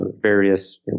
various